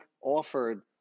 offered